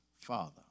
father